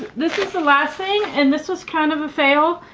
this is the last thing and this was kind of a fail.